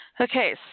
okay